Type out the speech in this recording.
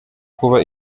kuba